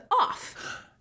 off